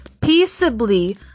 peaceably